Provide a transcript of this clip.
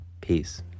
Peace